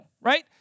right